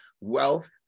wealth